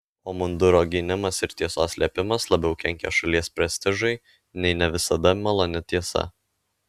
o munduro gynimas ir tiesos slėpimas labiau kenkia šalies prestižui nei ne visada maloni tiesa